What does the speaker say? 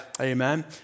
Amen